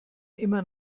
immer